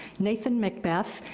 nathan macbeth,